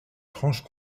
franche